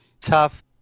tough